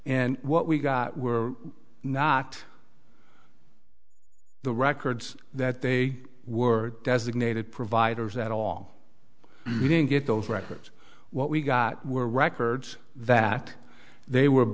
and what we got were not the records that they were designated providers at all we didn't get those records what we got were records that they were